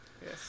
Yes